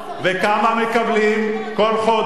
מה המניעים שלא צריך, וכמה מקבלים כל חודש.